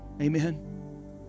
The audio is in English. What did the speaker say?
Amen